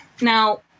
Now